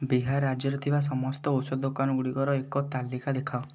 ବିହାର ରାଜ୍ୟରେ ଥିବା ସମସ୍ତ ଔଷଧ ଦୋକାନ ଗୁଡ଼ିକର ଏକ ତାଲିକା ଦେଖାଅ